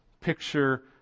picture